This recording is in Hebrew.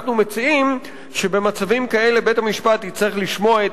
אנחנו מציעים שבמצבים כאלה בית-המשפט יצטרך לשמוע את